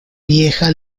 vieja